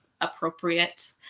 appropriate